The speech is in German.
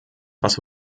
was